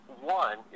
one